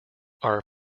are